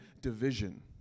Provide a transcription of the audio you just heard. division